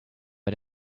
but